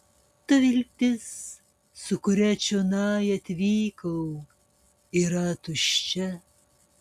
ta viltis su kuria čionai atvykau yra tuščia